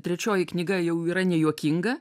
trečioji knyga jau yra nejuokinga